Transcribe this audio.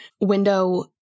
window